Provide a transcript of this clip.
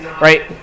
right